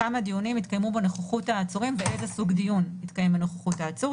בין אם הייתה הכרזה,